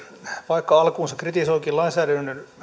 vaikka alkuunsa kritisoinkin lainsäädännön